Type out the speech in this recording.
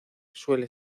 suele